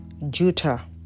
Juta